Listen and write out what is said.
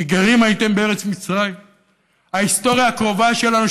"כי גרים הייתם בארץ מצרים"; ההיסטוריה הקרובה שלנו,